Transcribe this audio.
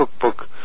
cookbook